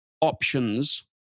options